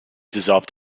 dissolved